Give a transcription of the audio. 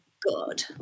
good